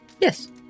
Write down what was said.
Yes